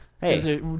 Hey